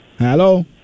Hello